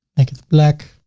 make it black